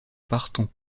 partons